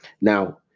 Now